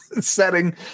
setting